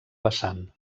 vessant